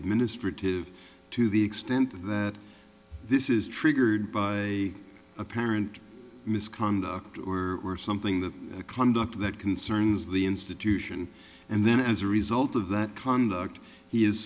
administrative to the extent that this is triggered by a parent misconduct or something the conduct that concerns the institution and then as a result of that conduct he is